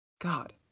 God